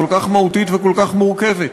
כל כך מהותית וכל כך מורכבת.